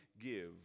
give